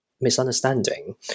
misunderstanding